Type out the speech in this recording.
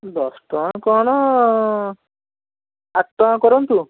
ଦଶ ଟଙ୍କା କ'ଣ ଆଠ ଟଙ୍କା ଲେଖନ୍ତୁ